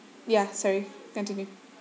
ya sorry continue